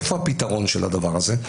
איפה הפתרון של הדבר הזה?